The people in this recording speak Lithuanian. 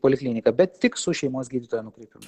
polikliniką bet tik su šeimos gydytojo nukreipimu